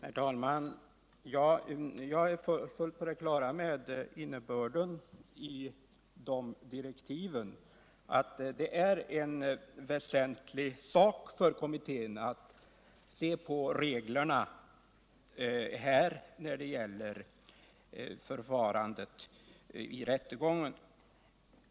Herr talman! Jag är fullt på det klara med innebörden av direktiven. Det är en väsentlig sak för kommittén att se på reglerna när det gäller förfarandet i rättegången.